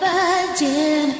virgin